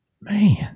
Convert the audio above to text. man